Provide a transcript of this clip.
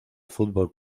fútbol